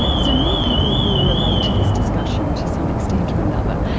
and so many people will relate to this discussion to some extent or another.